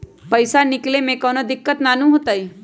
पईसा निकले में कउनो दिक़्क़त नानू न होताई?